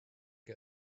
get